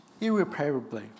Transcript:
irreparably